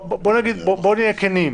בואו נהיה כנים: